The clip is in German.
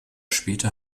später